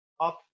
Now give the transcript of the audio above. up